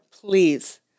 Please